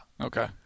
Okay